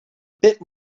bit